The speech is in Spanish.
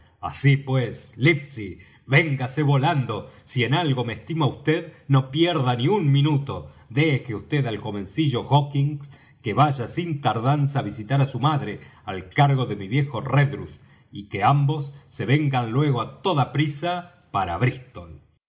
así pues livesey véngase volando si en algo me estima vd no pierda ni un minuto deje vd al jovencillo hawkins que vaya sin tardanza á visitar á su madre al cargo de mi viejo redruth y que ambos se vengan luego á toda prisa para brístol